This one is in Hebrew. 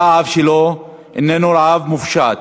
הרעב שלו איננו רעב מופשט.